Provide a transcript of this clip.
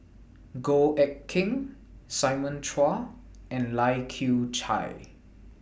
Goh Eck Kheng Simon Chua and Lai Kew Chai